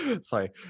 Sorry